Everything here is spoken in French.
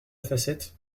facettes